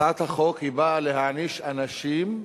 הצעת החוק באה להעניש אנשים,